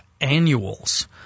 annuals